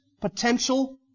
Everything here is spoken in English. potential